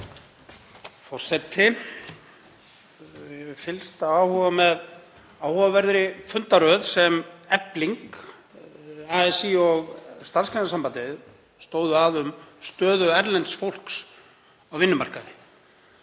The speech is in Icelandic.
Forseti. Ég hef fylgst af áhuga með áhugaverðri fundaröð sem Efling, ASÍ og Starfsgreinasambandið stóðu að um stöðu erlends fólks á vinnumarkaði.